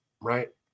Right